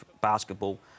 basketball